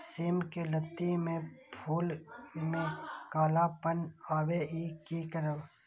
सिम के लत्ती में फुल में कालापन आवे इ कि करब?